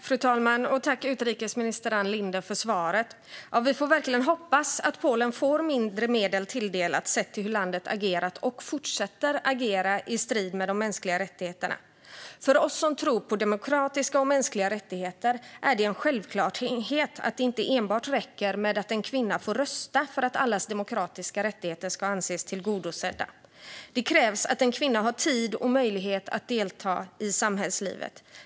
Fru talman! Tack, utrikesminister Ann Linde, för svaret! Vi får verkligen hoppas att Polen får mindre medel tilldelat, sett till hur landet har agerat och fortsätter att agera i strid med de mänskliga rättigheterna. För oss som tror på demokratiska och mänskliga rättigheter är det en självklarhet att det inte enbart räcker med att en kvinna får rösta för att allas demokratiska rättigheter ska anses tillgodosedda. Det krävs att en kvinna har tid och möjlighet att delta i samhällslivet.